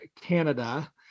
Canada